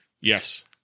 yes